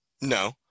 No